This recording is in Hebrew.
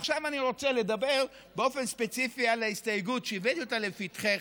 ועכשיו אני רוצה לדבר באופן ספציפי על ההסתייגות שהבאתי לפתחך,